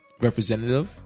representative